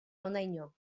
honaino